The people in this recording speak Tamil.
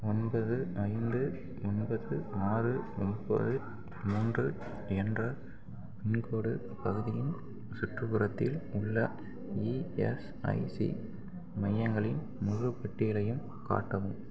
ஒன்பது ஐந்து ஒன்பது ஆறு ஒன்பது மூன்று என்ற பின்கோடு பகுதியின் சுற்றுப்புறத்தில் உள்ள இஎஸ்ஐசி மையங்களின் முழு பட்டியலையும் காட்டவும்